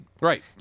Right